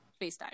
FaceTime